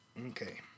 Okay